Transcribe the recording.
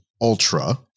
Ultra